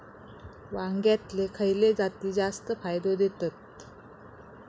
वांग्यातले खयले जाती जास्त फायदो देतत?